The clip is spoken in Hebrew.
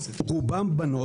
רובם בנות,